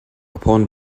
upon